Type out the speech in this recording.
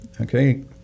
Okay